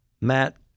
Matt